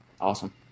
Awesome